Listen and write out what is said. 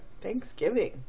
Thanksgiving